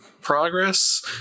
progress